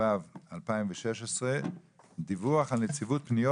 התשע"ו-2016 - דווח של נציבות פניות